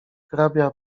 hrabia